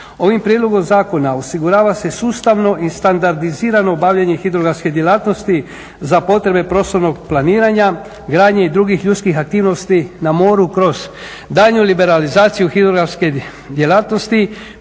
Ovim prijedlogom zakona osigurava se sustavno i standardizirano obavljanje hidrografske djelatnosti za potrebe prostornog planiranja, gradnje i drugih ljudskih aktivnosti na moru kroz daljnju liberalizaciju hidrografske djelatnosti